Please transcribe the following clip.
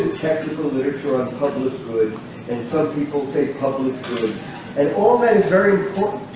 technical literature on public good and some people take public foods and all that is very poor